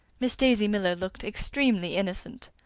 miss daisy miller looked extremely innocent.